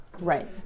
Right